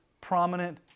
prominent